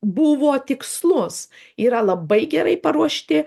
buvo tikslus yra labai gerai paruošti